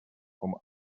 from